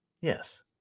Yes